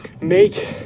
make